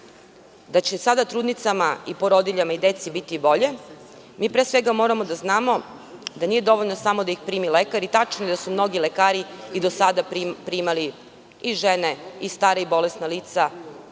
da će sada trudnicama i porodiljama i deci biti bolje, mi pre svega moramo da znamo da nije dovoljno samo da ih primi lekar, i tačno je da su mnogi lekari i do sada primali i žene, i stara, i bolesna lica